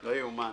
לא ייאמן.